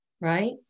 Right